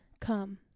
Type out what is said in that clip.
come